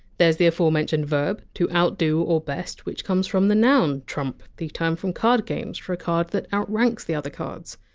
there! s the aforementioned verb, to outdo or best, which comes from the noun! trump, the term from card games for a card that outranks the other cards.